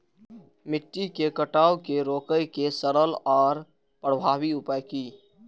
मिट्टी के कटाव के रोके के सरल आर प्रभावी उपाय की?